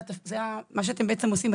זה מה שאתם בעצם עושים.